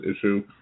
issue